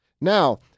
Now